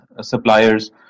suppliers